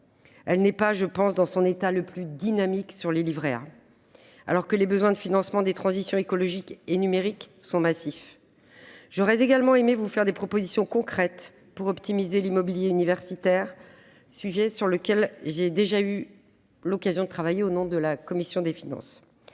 Celle-ci n'est pas dans son état le plus dynamique sur les livrets, alors que les besoins de financement des transitions écologique et numérique sont massifs. J'aurais également aimé vous faire des propositions concrètes pour optimiser l'immobilier universitaire, un sujet sur lequel j'ai déjà eu l'occasion de travailler au nom de la commission des finances.